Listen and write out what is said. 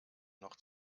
noch